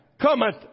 cometh